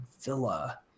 Villa